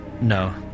no